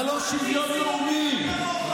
אבל לא שוויון לאומי.